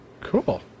cool